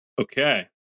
okay